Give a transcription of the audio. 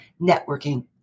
networking